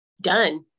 done